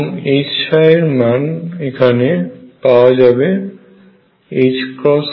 এবং Hψ এর মান এখানে পাওয়া যাবে 2k22m